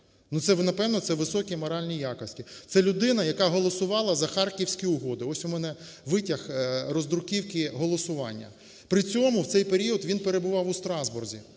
це високі моральні якості. Це людина, яка голосувала за харківські угоди, ось, у мене витяг роздруківки голосування. При цьому в цей період він перебував у Страсбурзі,